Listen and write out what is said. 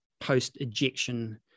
post-ejection